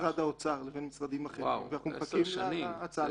משרד האוצר לבין משרדים אחרים ואנחנו מחכים להצעה.